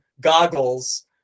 goggles